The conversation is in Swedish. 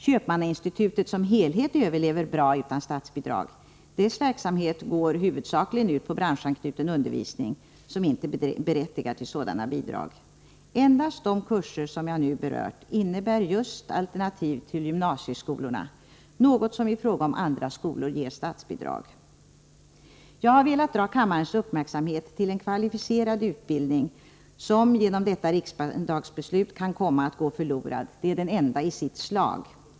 Köpmannainstitutet som helhet överlever bra utan statsbidrag. Dess verksamhet går huvudsakligen ut på branschanknuten undervisning, som inte berättigar till sådana bidrag. Endast de kurser som jag berört innebär alternativ till gymnasieskolorna, något som i fråga om andra skolor ger statsbidrag. Jag har velat dra kammarens uppmärksamhet till en kvalificerad utbildning som genom detta riksdagsbeslut kan komma att gå förlorad. Denna utbildning är den enda i sitt slag.